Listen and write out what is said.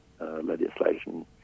legislation